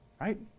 right